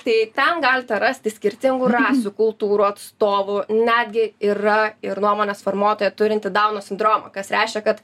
tai ten galite rasti skirtingų rasių kultūrų atstovų netgi yra ir nuomonės formuotoja turinti dauno sindromą kas reiškia kad